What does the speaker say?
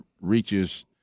reaches